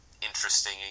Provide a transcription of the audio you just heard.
interesting